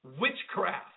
witchcraft